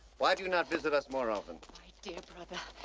why do you not visit us more often? my dear brother,